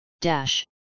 Dash